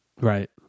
right